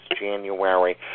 January